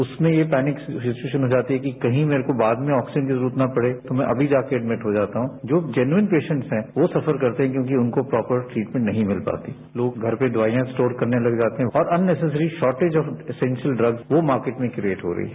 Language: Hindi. उसमें पैनिक सिच्युएशन हो जाती है कि कही मेरे को बाद में ऑक्सीजन की जरूरत न पड़े तो मैं अभी जाकर एडमिट हो जाता हूं जो जेनुअन पेशेंट है वो सफर करते है क्योंकि उनको प्रॉपर ट्रीटमेंट नहीं मिल पाती वो घर पर दवाइयां स्टोर करने लग जाते है और unnecessary shortage of essentials drugs वो मार्किट में क्रिएट हो रही है